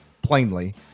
plainly